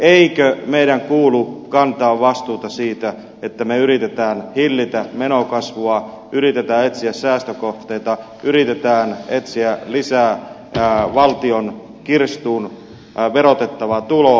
eikö meidän kuulu kantaa vastuuta siitä että me yritämme hillitä menokasvua yritetään etsiä säästökohteita yritetään etsiä lisää valtion kirstuun verotettavaa tuloa